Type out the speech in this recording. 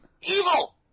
Evil